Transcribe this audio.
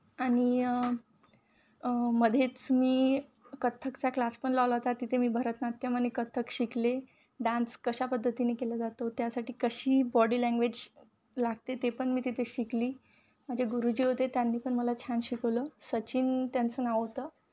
आणि मध्येच मी कथ्थकचा क्लास पण लावला होता तिथे मी भरतनाट्य आणि कथ्थक शिकले डान्स कशा पद्धतीने केला जातो त्यासाठी कशी बॉडी लँग्वेज लागते ते पण मी तिथे शिकले माझे गुरुजी होते त्यांनी पण मला छान शिकवलं सचिन त्यांचं नाव होतं